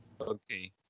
Okay